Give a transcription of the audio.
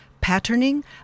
patterning